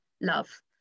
love